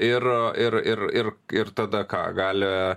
ir ir ir ir ir tada ką gali